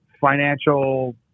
financial